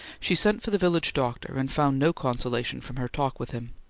she sent for the village doctor, and found no consolation from her talk with him.